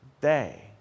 day